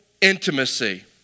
intimacy